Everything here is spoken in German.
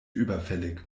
überfällig